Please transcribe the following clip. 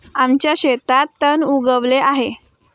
आमच्या शेतात तण उगवले आहे